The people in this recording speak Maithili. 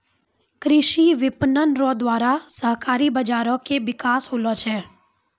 कृषि विपणन रो द्वारा सहकारी बाजारो के बिकास होलो छै